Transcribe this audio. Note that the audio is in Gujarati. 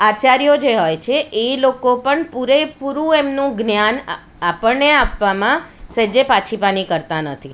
આચાર્યો જે હોય છે એ લોકો પણ પૂરેપૂરું એમનું જ્ઞાન આપણને આપવામાં સહેજે પાછી પાની કરતા નથી